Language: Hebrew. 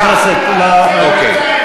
אוקיי.